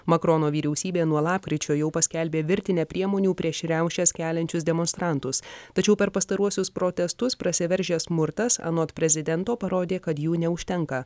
makrono vyriausybė nuo lapkričio jau paskelbė virtinę priemonių prieš riaušes keliančius demonstrantus tačiau per pastaruosius protestus prasiveržė smurtas anot prezidento parodė kad jų neužtenka